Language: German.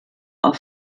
auf